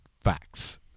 facts